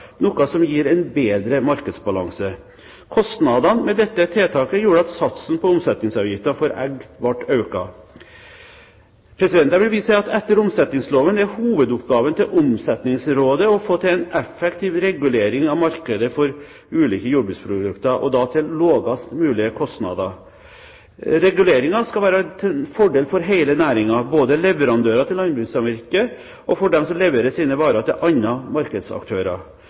noe som gir en bedre markedsbalanse. Kostnadene med dette tiltaket gjorde at satsen på omsetningsavgiften for egg ble økt. Jeg vil vise til at etter omsetningsloven er hovedoppgaven til Omsetningsrådet å få til en effektiv regulering av markedet for ulike jordbruksprodukter, og da til lavest mulig kostnad. Reguleringen skal være til fordel for hele næringen, både for leverandører til landbrukssamvirket og for dem som leverer sine varer til andre markedsaktører.